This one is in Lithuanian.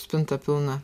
spinta pilna